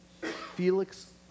Felix